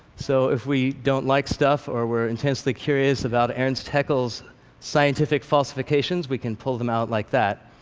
so if we don't like stuff, or we're intensely curious about ernst haeckel's scientific falsifications, we can pull them out like that.